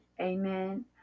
amen